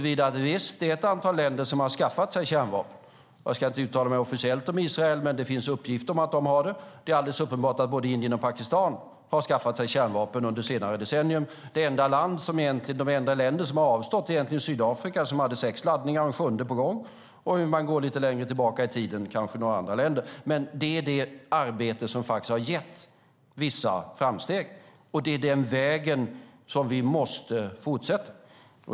Visst, det är ett antal länder som har skaffat sig kärnvapen. Jag ska inte uttala mig officiellt om Israel, men det finns uppgift om att de har gjort det, och det är alldeles uppenbart att både Indien och Pakistan har skaffat sig kärnvapen under senare decennium. Det enda land som har avstått är Sydafrika, som hade sex laddningar och en sjunde på gång, och lite längre tillbaka i tiden kanske några andra länder. Det är detta arbete som faktiskt har gett vissa framsteg, och det är den vägen som vi måste fortsätta.